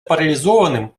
парализованным